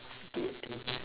idiot